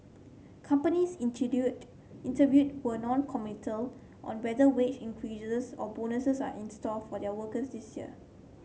companies interviewed were noncommittal on whether wage increases or bonuses are in store for their workers this year